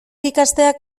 ikasteak